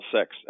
sex